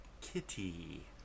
Kitty